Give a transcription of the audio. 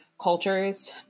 cultures